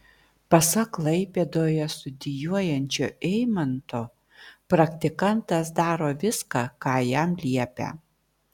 pasak klaipėdoje studijuojančio eimanto praktikantas daro viską ką jam liepia